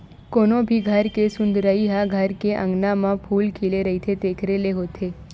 कोनो भी घर के सुंदरई ह घर के अँगना म फूल खिले रहिथे तेखरे ले होथे